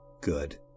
Good